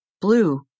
Blue